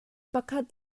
pakhat